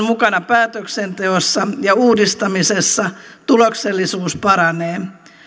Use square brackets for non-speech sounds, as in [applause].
[unintelligible] mukana päätöksenteossa ja uudistamisessa tuloksellisuus paranee